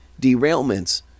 derailments